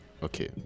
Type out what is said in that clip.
okay